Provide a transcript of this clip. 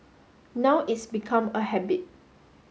now it's become a habit